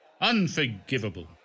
Unforgivable